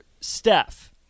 Steph